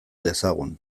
dezagun